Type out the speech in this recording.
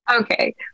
Okay